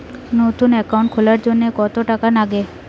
নতুন একাউন্ট খুলির জন্যে কত টাকা নাগে?